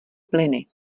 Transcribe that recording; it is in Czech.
plyny